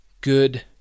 Good